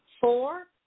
Four